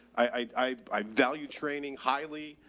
i value training highly.